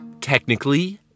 technically